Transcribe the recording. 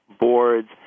boards